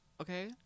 okay